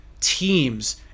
teams